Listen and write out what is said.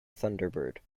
thunderbird